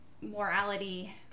morality